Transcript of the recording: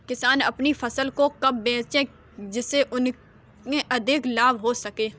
किसान अपनी फसल को कब बेचे जिसे उन्हें अधिक लाभ हो सके?